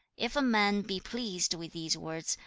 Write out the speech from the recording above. if a man be pleased with these words,